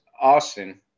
Austin